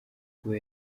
kuba